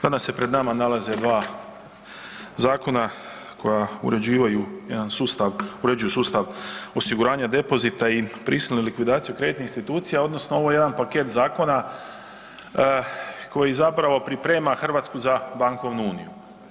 Danas se pred nama nalaze 2 zakona koja uređivaju jedan sustav, uređuju sustav osiguranja depozita i prisilne likvidacije kreditnih institucija odnosno ovo je jedan paket zakona koji zapravo priprema Hrvatsku za bankovnu uniju.